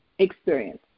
experience